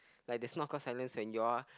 like there's no awkward silence when you all